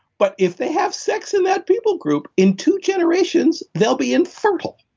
but if they have sex in that people group, in two generations, they'll be infertile.